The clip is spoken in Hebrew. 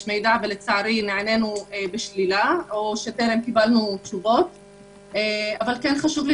נוכל לראות את ממדי